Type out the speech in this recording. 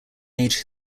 age